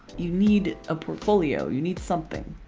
you need a portfolio. you need something.